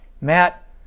Matt